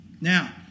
Now